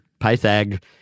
Pythag